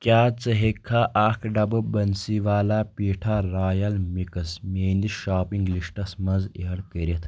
کیٛاہ ژٕ ہٮ۪کہِ کھا اَکھ ڈبہٕ بنسی والا پیٹھا رایل مِکس میٲنِس شاپنگ لسٹَس منٛز ایڈ کٔرِتھ